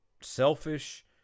selfish